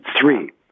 Three